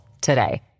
today